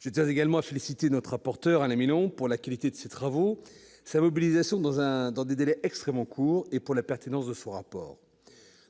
Je tiens également à féliciter notre rapporteur, Alain Milon, pour la qualité de ses travaux, sa mobilisation dans des délais extrêmement courts et la pertinence de son rapport.